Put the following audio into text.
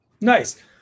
nice